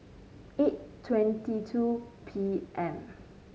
eight twenty two P M